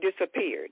disappeared